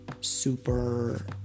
super